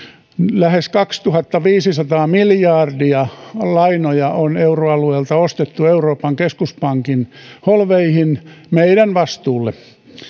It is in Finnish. lähes kaksituhattaviisisataa miljardia lainoja on euroalueelta ostettu euroopan keskuspankin holveihin meidän vastuullemme